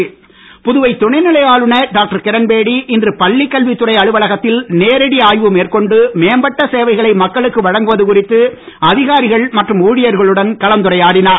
கிரண்பேடி புதுவை துணை நிலை ஆளுநர் டாக்டர் கிரண்பேடி இன்று பள்ளிக்கல்வித் துறை அலுவலகத்தில் நேரடி ஆய்வு மேற்கொண்டு மேம்பட்ட சேவைகளை மக்களுக்கு வழங்குவது குறித்து அதிகாரிகள் மற்றும் ஊழியர்களுடன் கலந்துரையாடினார்